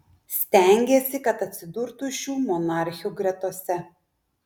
stengėsi kad atsidurtų šių monarchių gretose